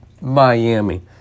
Miami